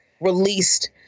released